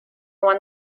one